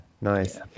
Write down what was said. nice